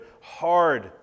hard